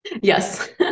Yes